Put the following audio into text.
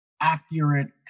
accurate